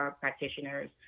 practitioners